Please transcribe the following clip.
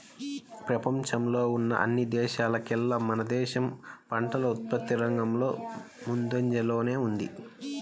పెపంచంలో ఉన్న అన్ని దేశాల్లోకేల్లా మన దేశం పంటల ఉత్పత్తి రంగంలో ముందంజలోనే ఉంది